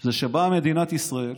זה שבאה מדינת ישראל